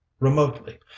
Remotely